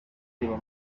riba